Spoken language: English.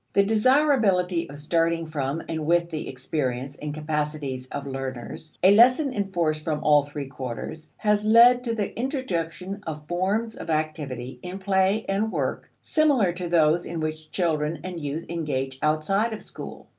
the desirability of starting from and with the experience and capacities of learners, a lesson enforced from all three quarters, has led to the introduction of forms of activity, in play and work, similar to those in which children and youth engage outside of school.